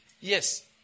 Yes